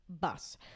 bus